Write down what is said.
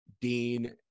dean